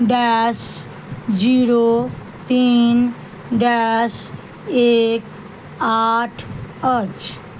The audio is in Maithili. डैश जीरो तीन डैश एक आठ अछि